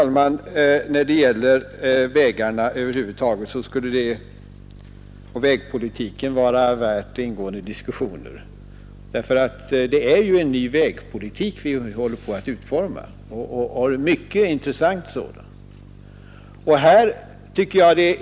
Vägarna och vägpolitiken över huvud taget skulle vara värda en ingående diskussion. Det är ju en ny vägpolitik vi håller på att utforma, och en mycket intressant sådan.